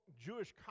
Jewish